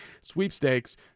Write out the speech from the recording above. sweepstakes